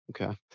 Okay